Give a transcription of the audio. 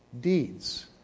deeds